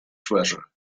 treasure